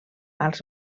als